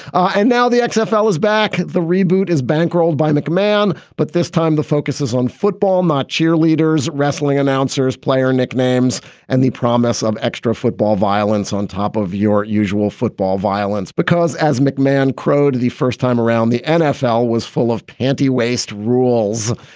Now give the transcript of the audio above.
and now the xfl is back. the reboot is bankrolled by mcmahon, but this time the focus is on football, not cheerleaders, wrestling announcers, player nicknames and the promise of extra football violence on top of your usual football violence. because as mcmahon crowed the first time around, the nfl was full of pantywaist rules.